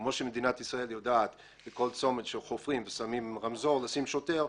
כמו שמדינת ישראל יודעת בכל צומת שחופרים ושמים רמזור לשים שוטר,